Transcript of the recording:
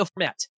format